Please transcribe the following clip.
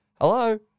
hello